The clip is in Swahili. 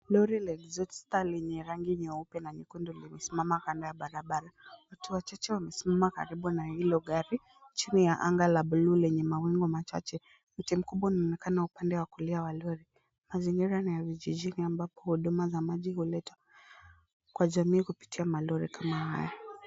Lori la exhauster lenye rangi nyeupe na nyekundu limesimama kando ya barabara. Watu wachache wamesimama karibu na hilo gari chini ya anga la bluu lenye mawingu machache. Mti mkubwa unaonekana upande wa kulia wa lori. Mazingira ni ya vijijini ambapo huduma za maji huletwa kwa jamii kupitia malori kama haya.